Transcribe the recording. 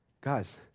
Guys